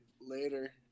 later